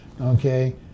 okay